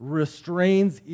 restrains